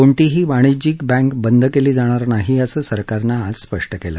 कोणतीही वाणिज्यिक बँक बंद केली जाणार नाही असं सरकारनं आज स्पष्ट केलं